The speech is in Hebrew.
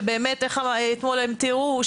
איך אתמול הם תיארו?